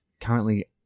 currently